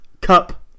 Cup